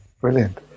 Brilliant